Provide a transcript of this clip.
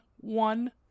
one